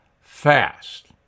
fast